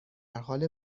حال